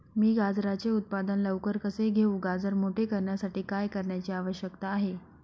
मी गाजराचे उत्पादन लवकर कसे घेऊ? गाजर मोठे करण्यासाठी काय करण्याची आवश्यकता आहे?